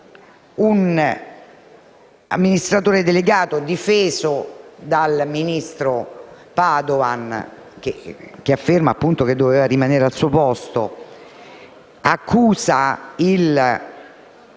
un amministratore delegato, difeso dal ministro Padoan, che afferma che deve rimanere al suo posto, accusa il